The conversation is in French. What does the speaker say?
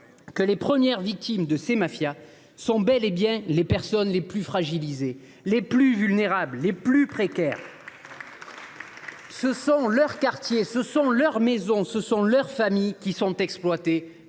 que les premières victimes de ces mafias sont bel et bien les personnes les plus fragilisées, les plus vulnérables et les plus précaires. Ce sont leurs quartiers, leurs maisons, leurs familles qui sont exploités